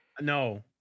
No